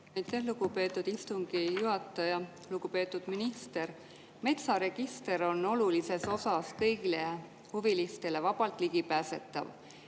Aitäh, lugupeetud istungi juhataja! Lugupeetud minister! Metsaregister on olulises osas kõigile huvilistele vabalt ligipääsetav.